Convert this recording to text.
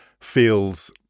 feels